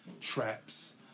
traps